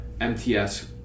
MTS